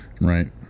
Right